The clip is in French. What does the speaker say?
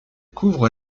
couvre